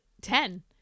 Ten